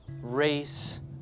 race